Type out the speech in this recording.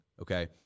Okay